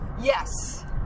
yes